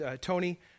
Tony